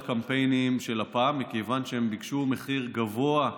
קמפיינים של לפ"מ מכיוון שהם ביקשו מחיר גבוה,